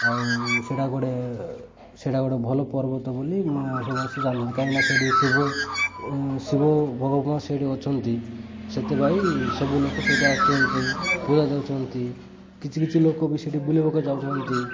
ଆଉ ସେଇଟା ଗୋଟେ ସେଇଟା ଗୋଟେ ଭଲ ପର୍ବତ ବୋଲି ସମସ୍ତେ ଜାଣିଛନ୍ତି କାହିଁକିନା ସେଇଠି ଶିବ ଶିବ ଭଗବାନ ସେଠି ଅଛନ୍ତି ସେଥିପାଇଁ ସବୁ ଲୋକ ସେଇଠି ଆସୁଛନ୍ତି ପୂଜା ଦଉଛନ୍ତି କିଛି କିଛି ଲୋକ ବି ସେଠି ବୁଲିବାକୁ ଯାଉଛନ୍ତି